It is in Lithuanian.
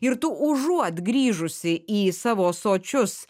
ir tu užuot grįžusi į savo sočius